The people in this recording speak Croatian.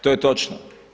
To je točno.